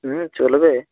হুম চলবে